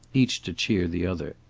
each to cheer the other.